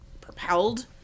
propelled